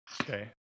okay